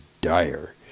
dire